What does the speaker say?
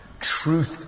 truth